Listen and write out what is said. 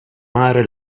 mare